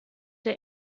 der